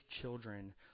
children